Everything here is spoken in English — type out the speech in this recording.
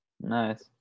Nice